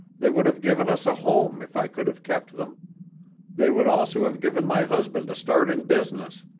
they would have given us a home if i could have kept them they would also have given my husband a start in business,